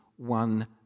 One